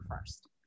first